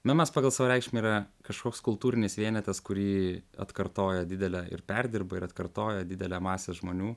memas pagal savo reikšmę yra kažkoks kultūrinis vienetas kurį atkartoja didelė ir perdirba ir atkartoja didelė masė žmonių